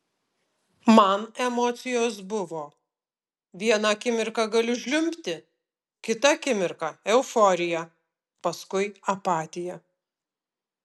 man emocijos buvo vieną akimirką galiu žliumbti kitą akimirką euforija paskui apatija